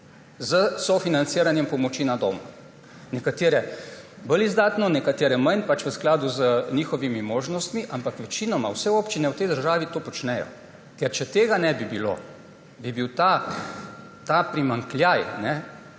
s sofinanciranjem pomoči na domu. Nekatere bolj izdatno, nekatere manj, v skladu s svojimi možnostmi. Ampak večinoma vse občine v tej državi to počnejo. Ker če tega ne bi bilo, bi bil ta primanjkljaj